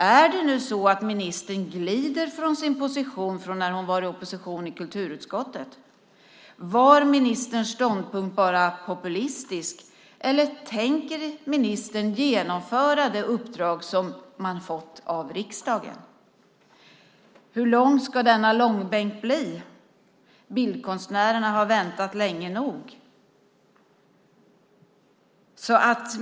Är det nu så att ministern glider från den position hon hade när hon var i opposition i kulturutskottet? Var ministerns ståndpunkt bara populistisk, eller tänker ministern genomföra det uppdrag som man fått av riksdagen? Hur lång ska denna långbänk bli? Bildkonstnärerna har väntat länge nog.